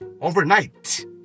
overnight